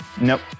Nope